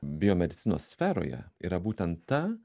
biomedicinos sferoje yra būtent ta